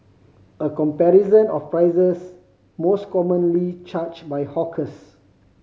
a comparison of prices most commonly charged by hawkers